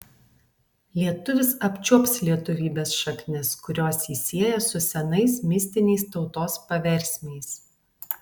lietuvis apčiuops lietuvybės šaknis kurios jį sieja su senais mistiniais tautos paversmiais